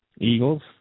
Eagles